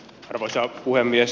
arvoisa puhemies